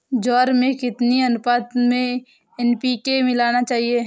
ज्वार में कितनी अनुपात में एन.पी.के मिलाना चाहिए?